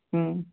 ம்